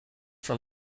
from